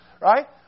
Right